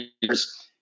years